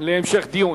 להמשך דיון.